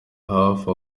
hafi